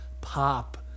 pop